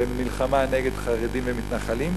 למלחמה נגד חרדים ומתנחלים,